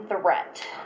threat